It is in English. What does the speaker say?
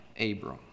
Abram